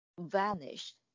vanished